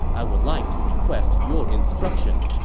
i would like to request your instruction.